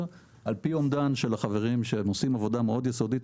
אומדן של החברים שעושים עבודה מאוד יסודית.